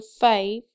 five